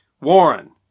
Warren